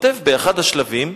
כותב באחד השלבים: